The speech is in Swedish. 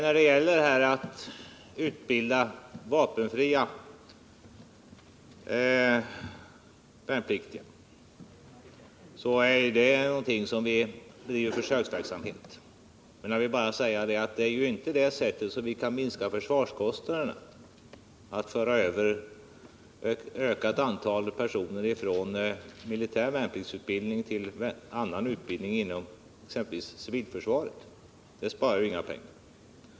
Utbildningen av vapenfria värnpliktiga bedrivs som en försöksverksamhet, men vi kan inte minska försvarskostnaderna genom att föra över ett ökat antal personer från militär värnpliktsutbildning till annan utbildning, exempelvis inom civilförsvaret. På det sättet sparar vi inga pengar.